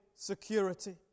security